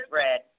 red